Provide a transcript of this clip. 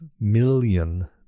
million